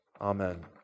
Amen